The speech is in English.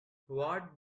what